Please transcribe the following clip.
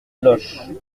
loches